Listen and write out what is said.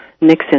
Nixon